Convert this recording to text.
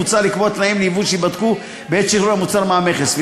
מוצע לקבוע תנאים לייבוא שייבדקו בעת שחרור המוצר מהמכס,